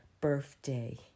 birthday